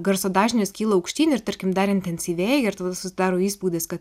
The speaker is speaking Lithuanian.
garso dažnis kyla aukštyn ir tarkim dar intensyvėja ir data susidaro įspūdis kad